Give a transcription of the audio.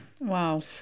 Wow